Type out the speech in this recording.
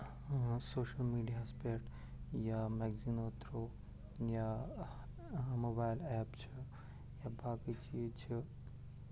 social میٖڈِیاہَس پٮ۪ٹھ یا میکزیٖنَو تھروٗ یا موبایِل ایپ چھِ یا باقٕے چیٖز چھِ